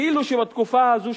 כאילו שבתקופה הזאת,